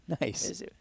nice